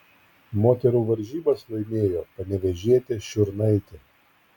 moterų varžybas laimėjo panevėžietė šiurnaitė